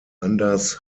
anders